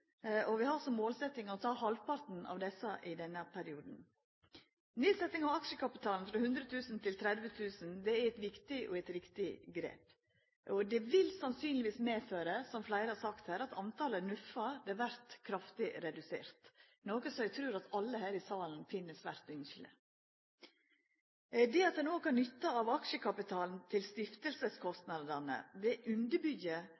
og vi har som målsetjing å ta halvparten i denne perioden. Nedsetjing av aksjekapitalen frå 100 000 kr til 30 000 kr er eit viktig og riktig grep. Det vil sannsynlegvis medføra – som fleire har sagt her – at talet på NUF-ar vert kraftig redusert, noko som eg trur at alle her i salen finn svært ynskjeleg. Det at ein òg kan nytta av aksjekapitalen til